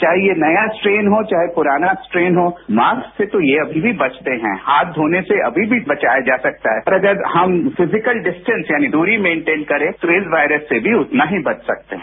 चाहे ये नया स्ट्रेन हो चाहे पुराना स्ट्रेन हो मास्क से तो ये अभी भी बचते हैं हाथ धोने से अभी भी बचाया जा सकता है और अगर हम फिजिकल डिस्टेंस यानी दूरी मेंटेन करें तो इस वायरस से भी उतना ही बच सकते हैं